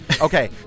Okay